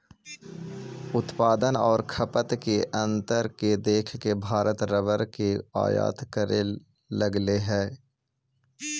उत्पादन आउ खपत के अंतर के देख के भारत रबर के आयात करे लगले हइ